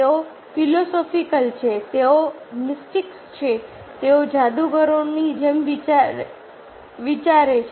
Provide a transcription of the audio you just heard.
તેઓ ફિલોસોફિકલ છે તેઓ મિસ્ટિક્સ છે તેઓ જાદુગરોની જેમ જ છે